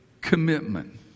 commitment